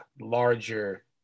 larger